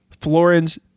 Florence